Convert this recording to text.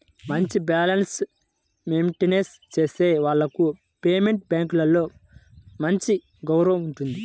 మంచి balance maintain చేసే వాళ్లకు ప్రైవేట్ బ్యాంకులలో మంచి గౌరవం ఉంటుంది